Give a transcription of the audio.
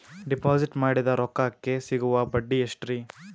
Deposit ಮಾಡಿದ ರೊಕ್ಕಕೆ ಸಿಗುವ ಬಡ್ಡಿ ಎಷ್ಟ್ರೀ?